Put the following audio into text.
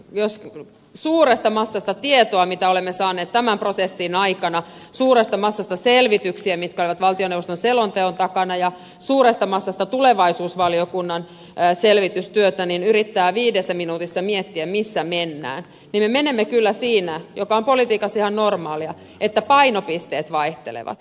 jos suuresta massasta tietoa mitä olemme saaneet tämän prosessin aikana suuresta massasta selvityksiä mitkä olivat valtioneuvoston selonteon takana ja suuresta massasta tulevaisuusvaliokunnan selvitystyötä yrittää viidessä minuutissa miettiä missä mennään niin me menemme kyllä siinä mikä on politiikassa ihan normaalia että painopisteet vaihtelevat